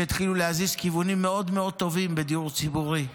שהתחילו להזיז לכיוונים מאוד מאוד טובים בדיור ציבורי,